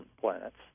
planets